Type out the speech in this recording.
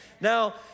Now